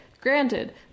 granted